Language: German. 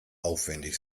aufwendig